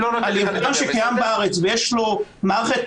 על מה שקיים בארץ ויש לו תחזוקה